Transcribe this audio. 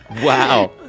Wow